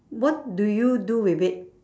what do you do with it